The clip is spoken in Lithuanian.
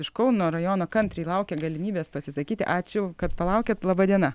iš kauno rajono kantriai laukia galimybės pasisakyti ačiū kad palaukėt laba diena